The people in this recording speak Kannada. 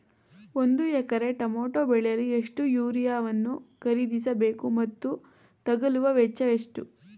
ಒಂದು ಎಕರೆ ಟಮೋಟ ಬೆಳೆಯಲು ಎಷ್ಟು ಯೂರಿಯಾವನ್ನು ಖರೀದಿಸ ಬೇಕು ಮತ್ತು ತಗಲುವ ವೆಚ್ಚ ಎಷ್ಟು?